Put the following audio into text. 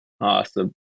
Awesome